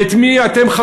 ואת מי אתם,